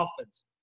offense